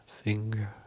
finger